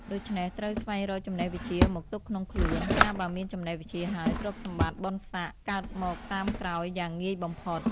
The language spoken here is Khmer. ដូច្នេះ ត្រូវស្វែងរកចំណេះវិជ្ជាមកទុកក្នុងខ្លួន កាលបើមានចំណេះវិជ្ជាហើយ ទ្រព្យសម្បត្តិ បុណ្យស័ក្តិ កើតមកតាមក្រោយយ៉ាងងាយបំផុត ។